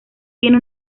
tiene